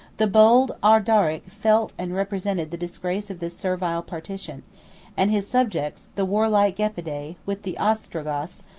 the bold ardaric felt and represented the disgrace of this servile partition and his subjects, the warlike gepidae, with the ostrogoths,